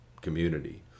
community